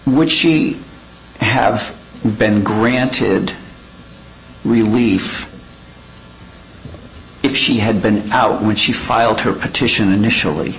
which she have been granted relief if she had been out when she filed her petition initially